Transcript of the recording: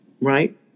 right